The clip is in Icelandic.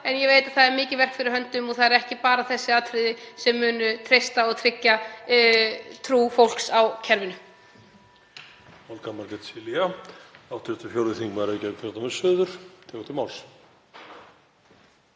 Ég veit að það er mikið verk fyrir höndum og það eru ekki bara þessi atriði sem munu treysta og tryggja trú fólks á kerfinu.